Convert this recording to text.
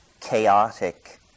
chaotic